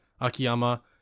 Akiyama